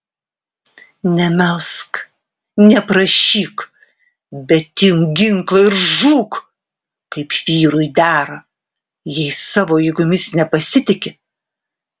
nemelsk neprašyk bet imk ginklą ir žūk kaip vyrui dera jei savo jėgomis nepasitiki